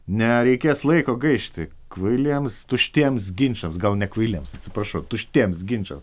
nereikės laiko gaišti kvailiems tuštiems ginčams gal nekvailiems atsiprašau tuštiems ginčams